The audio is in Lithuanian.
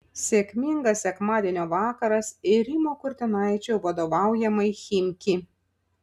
sėkmingas sekmadienio vakaras ir rimo kurtinaičio vadovaujamai chimki